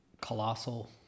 Colossal